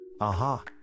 Aha